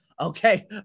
Okay